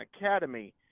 academy